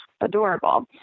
adorable